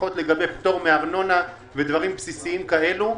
לפחות לגבי פטור מארנונה ודברים בסיסיים כאלה.